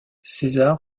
césar